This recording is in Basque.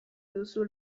duzu